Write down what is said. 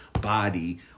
body